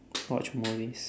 watch movies